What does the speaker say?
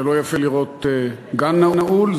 זה לא יפה לראות גן נעול,